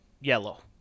yellow